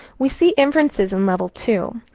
we see inferences in level two.